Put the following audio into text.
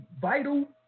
vital